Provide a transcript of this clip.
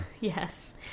Yes